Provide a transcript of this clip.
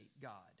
God